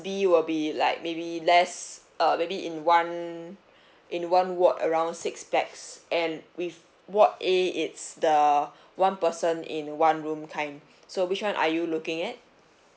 B will be like maybe less uh maybe in one in one ward around six pax and with ward A it's the one person in one room kind so which [one] are you looking at